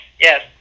yes